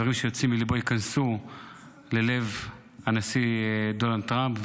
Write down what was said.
ושהדברים שיוצאים מליבו ייכנסו ללב הנשיא דונלד טראמפ,